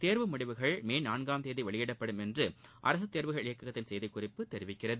தேர்வு முடிவுகள் மே நான்காம் தேதி வெளியிடப்படும் என்று அரசு தேர்வுகள் இயக்ககத்தின் செய்திக்குறிப்பு தெரிவிக்கிறது